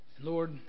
Lord